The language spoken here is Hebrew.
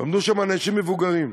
ועמדו שם אנשים מבוגרים,